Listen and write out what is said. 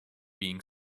being